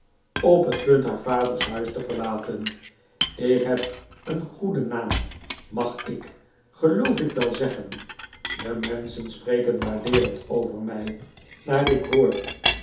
op het punt haar vaders huis te verlaten ik heb een goeden naam mag ik geloof ik f wel zeggen de menschen spreken waardeerend over mij naar ik hoor